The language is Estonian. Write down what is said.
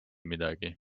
midagi